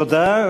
תודה.